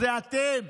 זה אתם.